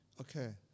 Okay